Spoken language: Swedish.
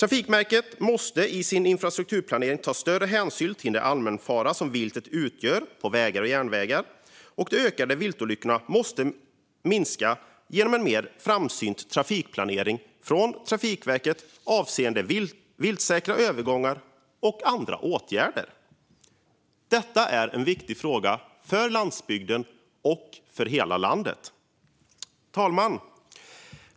De ökande viltolyckorna måste minska genom en mer framsynt trafikplanering från Trafikverket avseende viltsäkra övergångar och andra åtgärder. Detta är en viktig fråga för landsbygden och för hela landet. Fru talman!